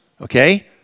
okay